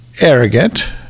arrogant